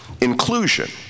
inclusion